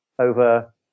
over